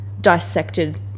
dissected